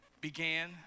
began